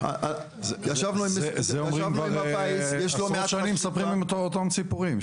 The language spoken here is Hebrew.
ישבנו על זה --- כבר שנים מספרים את אותם סיפורים.